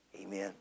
Amen